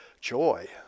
joy